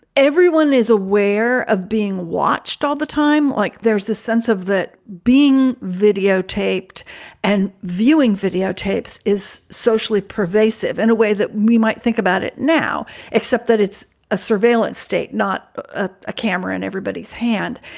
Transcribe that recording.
everyone is aware of being watched all the time, like there's a sense of that being videotaped and viewing videotapes is socially pervasive in a way that we might think about it now, except that it's a surveillance state, not a a camera and everybody's hand.